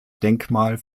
denkmal